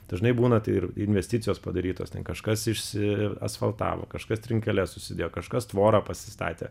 dažnai būna tai ir investicijos padarytos ten kažkas išsiasfaltavo kažkas trinkeles susidėjo kažkas tvorą pasistatė